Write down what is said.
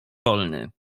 wolny